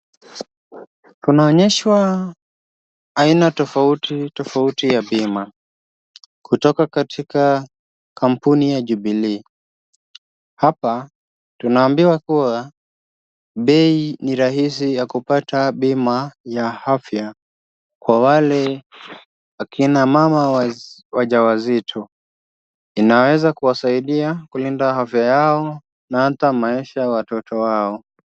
Kunaonyeshwa aina tofauti tofauti ya bima, kutoka katika kampuni ya Jubilee . Hapa tunaambiwa kuwa bei ni rahisi ya kupata bima ya afya kwa wale akina mama wajawazito. Inaweza kuwasadia kulinda afya yao na hata maisha ya watoto wao.